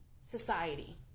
society